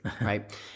right